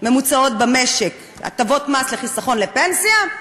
ממוצעות במשק, הטבות מס לחיסכון לפנסיה,